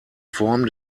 form